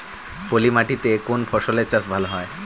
পলি মাটিতে কোন ফসলের চাষ ভালো হয়?